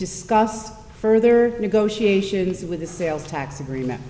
discuss further negotiations with the sales tax agreement